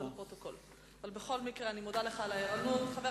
את השר לביטחון פנים